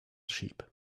sheep